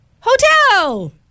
hotel